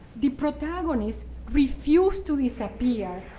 the protagonist refused to disappear,